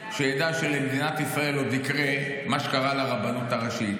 שידע שלמדינת ישראל עוד יקרה מה שקרה לרבנות הראשית.